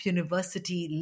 University